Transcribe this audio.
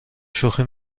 شوخی